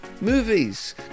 movies